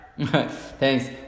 Thanks